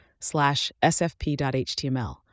sfp.html